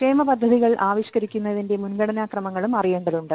ക്ഷേമപദ്ധതികൾ ആവിഷ്കരിക്കുന്നതിന്റെ മുൻഗണാ ക്രമങ്ങളും അറിയേണ്ടതുണ്ട്